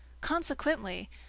Consequently